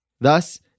Thus